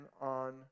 on